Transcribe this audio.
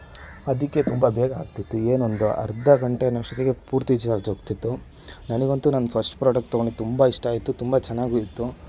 ಅದಕ್ಕೆ ತುಂಬ ಬೇಗ ಆಗ್ತಿತ್ತು ಏನು ಒಂದು ಅರ್ಧ ಗಂಟೆ ಅನ್ನೋಷ್ಟೊತ್ತಿಗೆ ಪೂರ್ತಿ ಚಾರ್ಜ್ ಆಗ್ತಿತ್ತು ನನಗಂತು ನನ್ನ ಫ಼ಸ್ಟ್ ಪ್ರೊಡಕ್ಟ್ ತಗೊಂಡಿದ್ದು ತುಂಬ ಇಷ್ಟ ಆಯಿತು ತುಂಬ ಚೆನ್ನಾಗೂ ಇತ್ತು